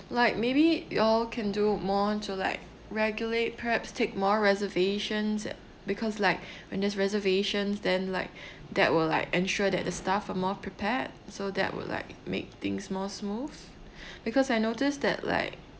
like maybe you all can do more to like regulate perhaps take more reservations because like when there's reservations then like that will like ensure that the staff are more prepared so that will like make things more smooth because I noticed that like